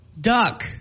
duck